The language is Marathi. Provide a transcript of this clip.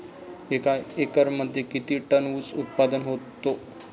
एका एकरमध्ये किती टन ऊस उत्पादन होतो?